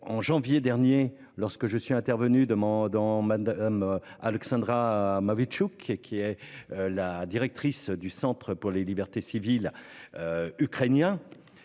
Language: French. En janvier dernier, lorsque je suis intervenu devant Mme Oleksandra Matviïtchouk, directrice du Centre pour les libertés civiles ukrainien,